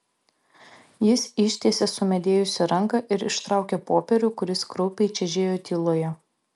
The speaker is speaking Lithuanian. jis ištiesė sumedėjusią ranką ir ištraukė popierių kuris kraupiai čežėjo tyloje